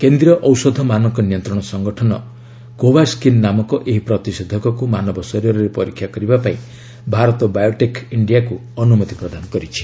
କେନ୍ଦ୍ରୀୟ ଔଷଧ ମାନକ ନିୟନ୍ତ୍ରଣ ସଙ୍ଗଠନ' କୋଭାସ୍କିନ୍ ନାମକ ଏହି ପ୍ରତିଷେଧକକୁ ମାନବ ଶରୀରରେ ପରୀକ୍ଷା କରିବାପାଇଁ ଭାରତ ବାୟୋଟେକ୍ ଇଣ୍ଡିଆ କୁ ଅନୁମତି ପ୍ରଦାନ କରିଛି